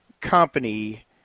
company